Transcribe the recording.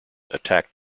attack